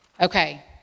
okay